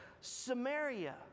Samaria